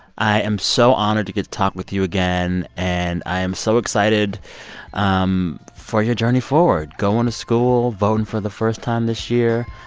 i am so honored to get to talk with you again, and i am so excited um for your journey forward going to school, voting for the first time this year.